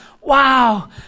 wow